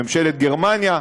ממשלת גרמניה,